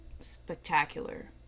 spectacular